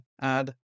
add